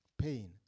pain